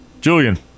Julian